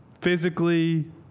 Physically